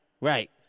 Right